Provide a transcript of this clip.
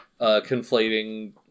conflating